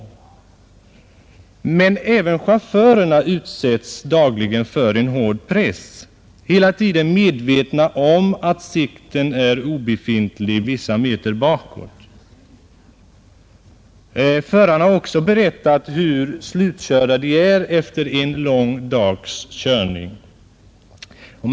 Vidare utsätts chaufförerna dagligen för en hård press, då de hela tiden är medvetna om att sikten är obefintlig ett visst antal meter bakåt. Förare har berättat hur uttröttade de känner sig efter en lång dags körning under sådana förhållanden.